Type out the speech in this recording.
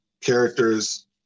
characters